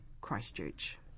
Christchurch